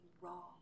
wrong